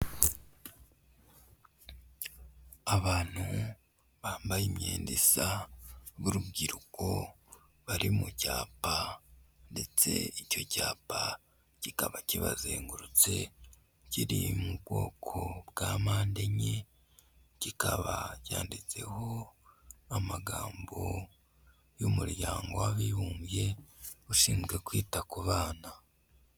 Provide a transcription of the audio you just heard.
Abantu bambaye imyenda isa b'urubyiruko, bari mu cyapa ndetse icyo cyapa kikaba kibazengurutse, kiri mu bwoko bwa mpande enye, kikaba cyanditseho n'amagambo y'umuryango w'abibumbye ushinzwe kwita ku bana.